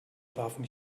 warfen